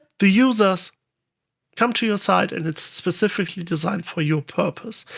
the users come to your site, and it's specifically designed for your purpose.